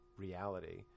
reality